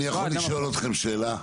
אני יכול לשאול אתכם שאלה?